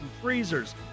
freezers